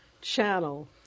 channel